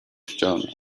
ścianę